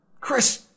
Chris